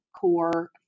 core